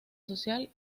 social